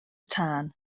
tân